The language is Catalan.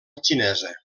xinesa